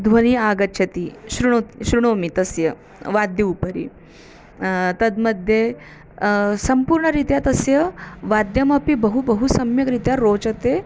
ध्वनिः आगच्छति शृणोमि शृणोमि तस्य वाद्योपरि तत् मध्ये सम्पूर्णरीत्या तस्य वाद्यमपि बहु बहु सम्यग्रीत्या रोचते